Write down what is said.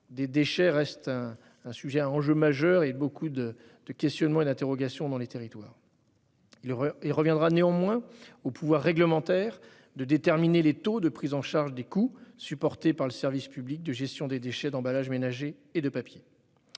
des déchets reste un enjeu majeur qui soulève de nombreuses interrogations dans les territoires. Il reviendra néanmoins au pouvoir réglementaire de déterminer les taux de prise en charge des coûts supportés par le service public de gestion des déchets d'emballages ménagers et de papiers.